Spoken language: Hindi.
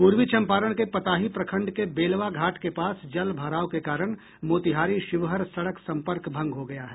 पूर्वी चंपारण के पताही प्रखंड के बेलवा घाट के पास जल भराव के कारण मोतिहारी शिवहर सड़क संपर्क भंग हो गया है